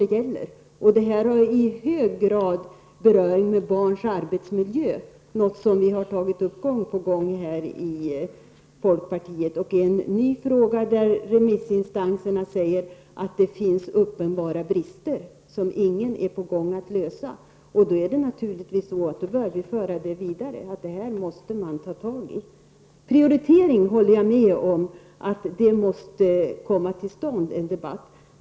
Det har i hög grad beröring med barns arbetsmiljö, något som vi i folkpartiet har tagit upp gång på gång. Remissinstanserna säger här att det finns uppenbara brister som ingen är på väg att lösa. Då bör vi naturligtvis föra frågan vidare. Detta måste man ta tag i. Jag håller med om att en debatt om prioritering måste komma till stånd.